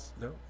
No